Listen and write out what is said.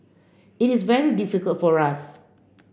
it is very difficult for us